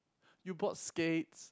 you bought skates